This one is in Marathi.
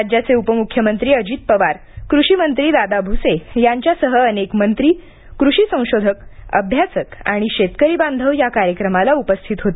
राज्याचे उपमुख्यमंत्री अजित पवार कृषीमंत्री दादा भुसे यांच्यासह अनेक मंत्री कृषी संशोधक अभ्यासक आणि शेतकरी बांधव या कार्यक्रमाला उपस्थित होते